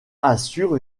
assure